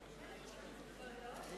בראשית הישיבה לא היה לי,